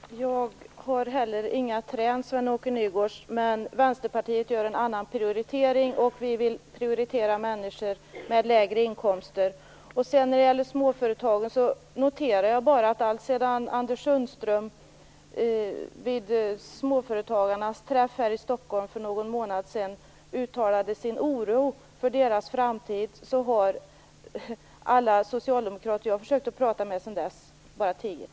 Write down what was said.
Fru talman! Jag har inte heller några träd att plocka från, Sven-Åke Nygårds. Men Vänsterpartiet gör en annan prioritering. Vi vill prioritera människor med lägre inkomster. När det gäller småföretagen noterar jag bara att alltsedan Anders Sundström vid småföretagarnas träff här i Stockholm för någon månad sedan uttalade sin oro för deras framtid har alla socialdemokrater som jag har försökt att tala med bara tigit.